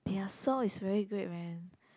their song is very great man